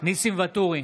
ניסים ואטורי,